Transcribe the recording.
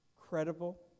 credible